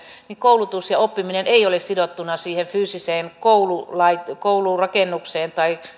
koulutus ja oppiminen ei ole sidottuna siihen fyysiseen koulurakennukseen tai